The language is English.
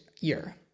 year